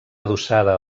adossada